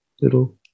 little